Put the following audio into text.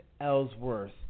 Ellsworth